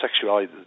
sexuality